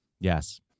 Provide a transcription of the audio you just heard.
Yes